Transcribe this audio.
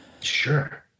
sure